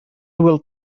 will